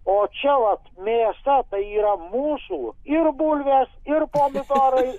o čia vat mėsa tai yra mūsų ir bulvės ir pomidorai